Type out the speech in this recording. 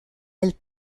elle